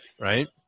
right